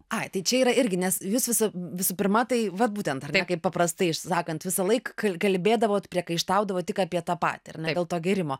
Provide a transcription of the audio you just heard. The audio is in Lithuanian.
ai čia yra irgi nes jūs vis visų pirma tai vat būtent taip kaip paprastai sakant visąlaik kalbėdavot priekaištaudavot tik apie tą patį ir dėl to gėrimo